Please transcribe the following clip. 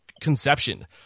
conception